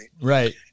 right